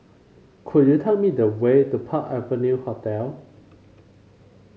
could you tell me the way to Park Avenue Hotel